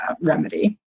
remedy